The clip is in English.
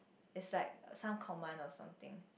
it's like some command or something